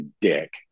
dick